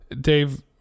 Dave